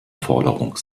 forderung